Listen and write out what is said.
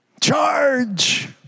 Charge